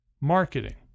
marketing